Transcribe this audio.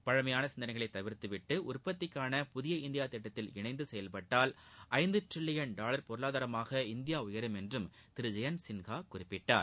பழமையான சிந்தனைகளை தவிர்த்துவிட்டு உற்பத்திக்கான புதிய இந்தியா திட்டத்தில் இணைந்து செயல்பட்டால் ஐந்து டிரில்லியன் டாலர் பொருளாதாரமாக இந்தியா உயரும் என்றும் திரு ஜெயந்த் சின்கா கூறினார்